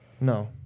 No